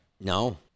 No